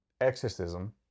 exorcism